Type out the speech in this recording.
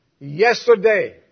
yesterday